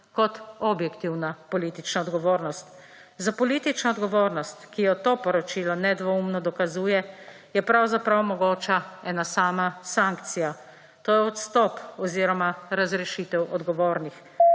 kot objektivna politična odgovornost. Za politično odgovornost, ki jo to poročilo nedvoumno dokazuje, je pravzaprav mogoča ena sama sankcija, to je odstop oziroma razrešitev odgovornih.